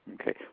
Okay